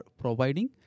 providing